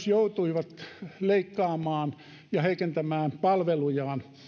joutuivat myös leikkaamaan ja heikentämään palvelujaan